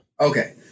Okay